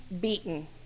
beaten